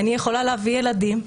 איני יכולה להביא ילדים,